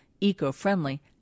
eco-friendly